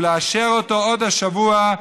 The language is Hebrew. ולאשר אותו עוד השבוע,